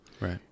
right